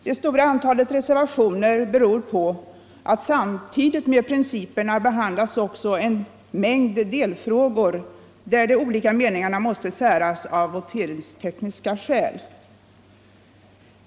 Det stora antalet reservationer beror på att samtidigt med principerna behandlas också en mängd delfrågor, där de olika meningarna måst säras av voteringstekniska skäl.